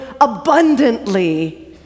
abundantly